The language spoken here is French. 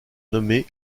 nommés